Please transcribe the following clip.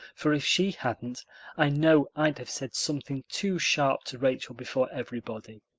for if she hadn't i know i'd have said something too sharp to rachel before everybody.